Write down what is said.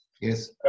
Yes